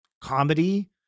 Comedy